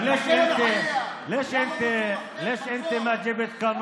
(למה אתה לא הבאת חוק,